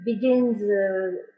begins